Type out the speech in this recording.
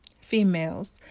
females